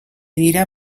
dira